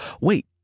Wait